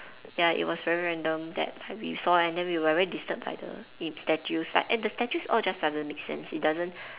ya it was very random that we saw and then we were very disturbed by the it statues like and the statues all just doesn't make sense it doesn't